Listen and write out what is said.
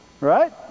Right